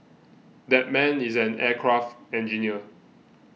that man is an aircraft engineer